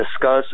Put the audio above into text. discuss